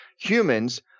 Humans